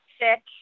sick